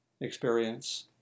experience